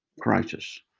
crisis